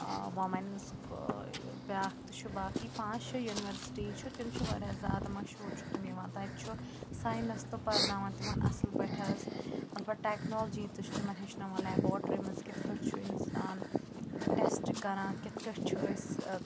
women's بیاکھ تہِ چھُ باقٕے پانٛژھ شے یونورسِٹی چھِ تِم چھِ واریاہ زیادٕ مشہوٗر چھُ تِم یِوان تَتہِ چھُ ساینَس تہٕ پَرناوان تِمَن اَصٕل پٲٹھۍ حظ پَتہٕ ٹٮ۪کنالجی تہِ چھِ تِمَن ہیٚچھناوان لیباٹری منٛز کِتھ کٲٹھۍ چھُ اِنسان ٹٮ۪سٹ کَران کِتھ کٲٹھۍ چھِ أسۍ